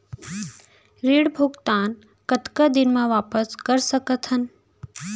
ऋण भुगतान कतका दिन म वापस कर सकथन?